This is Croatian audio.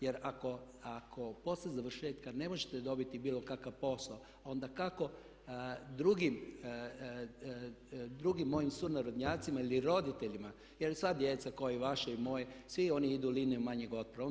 Jer ako poslije završetka ne možete dobiti bilo kakav posao, a onda kako drugim mojim sunarodnjacima ili roditeljima, jer sva djeca kao i vaša i moja, svi oni idu linijom manjeg otpora.